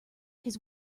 his